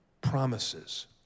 promises